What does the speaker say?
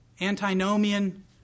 antinomian